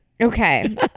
Okay